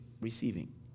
receiving